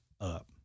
up